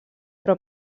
però